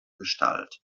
gestalt